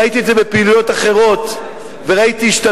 ראיתי את זה בפעילויות אחרות,